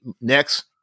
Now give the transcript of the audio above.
Next